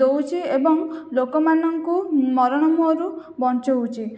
ଦଉଛି ଏବଂ ଲୋକମାନଙ୍କୁ ମରଣ ମୁହଁରୁ ବଞ୍ଚୋଉଛି